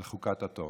הוא חוקת התורה.